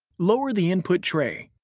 lower the output tray.